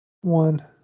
One